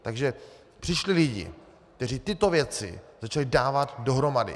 Takže přišli lidé, kteří tyto věci začali dávat dohromady.